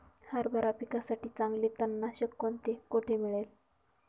हरभरा पिकासाठी चांगले तणनाशक कोणते, कोठे मिळेल?